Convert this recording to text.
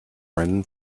ran